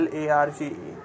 Large